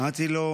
אמרתי לו,